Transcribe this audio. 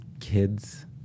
kids